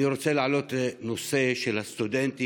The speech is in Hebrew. אני רוצה להעלות את הנושא של הסטודנטים,